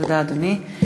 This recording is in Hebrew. תודה, אדוני.